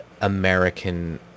american